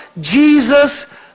Jesus